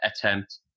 attempt